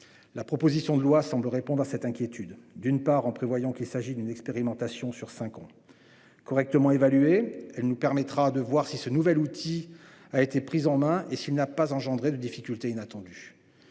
La proposition de loi semble répondre à cette inquiétude. D'une part, il est prévu que l'expérimentation se limite à cinq ans ; correctement évaluée, elle nous permettra de voir si ce nouvel outil a été pris en main et s'il n'a pas entraîné de difficultés inattendues.